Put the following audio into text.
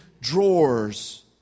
drawers